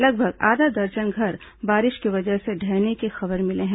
लगभग आधा दर्जन घर बारिश की वजह से ढहने की खबर मिली है